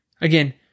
Again